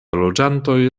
loĝantoj